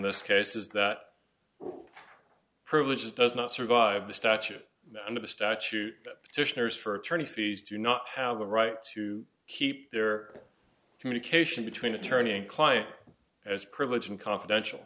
this case is that privileges does not survive the statute under the statute that petitioners for attorney fees do not have the right to keep their communication between attorney client privilege and confidential